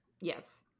yes